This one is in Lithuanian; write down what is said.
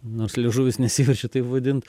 nors liežuvis nesiverčia taip vadint